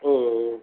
ம் ம்